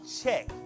check